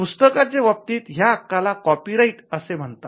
पुस्तकाच्या बाबतीत या हक्काला कॉपीराईट असे म्हणतात